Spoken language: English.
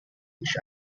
each